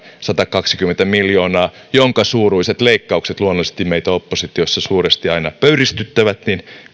satakaksikymmentä miljoonaa jonka suuruiset leikkaukset luonnollisesti meitä oppositiossa suuresti aina pöyristyttävät